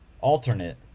alternate